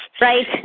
Right